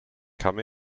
come